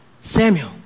Samuel